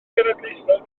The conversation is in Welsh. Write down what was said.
genedlaethol